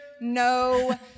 no